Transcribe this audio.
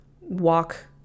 walk